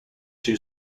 two